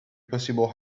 possible